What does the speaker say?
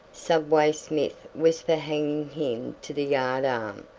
subway smith was for hanging him to the yard arm,